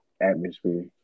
atmosphere